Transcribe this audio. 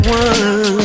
one